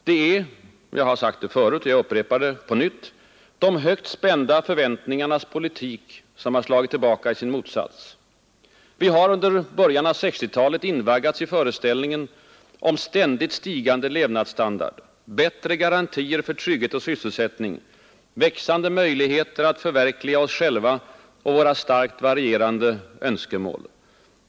Det är — jag har sagt det förut och jag upprepar det på nytt — de högt spända förväntningarnas politik som slagit tillbaka i sin motsats. Vi har under början av 1960-talet invaggats i föreställningen om ständigt stigande levnadsstandard, bättre garantier för trygghet och sysselsättning, växande möjligheter att förverkliga oss själva och våra starkt varierande önskemål.